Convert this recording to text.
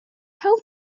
how